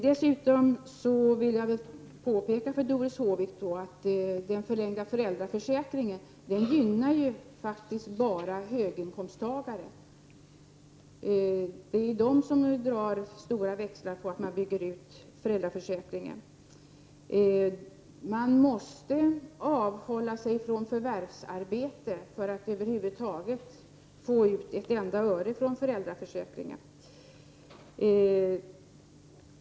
Dessutom vill jag påpeka för Doris Håvik att den förlängda föräldraförsäkringen faktiskt bara gynnar höginkomsttagare — det är de som drar stora växlar på att man bygger ut föräldraförsäkringen. Man måste avhålla sig från förvärvsarbete för att få ut ett enda öre från föräldraförsäkringen.